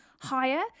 higher